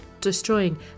destroying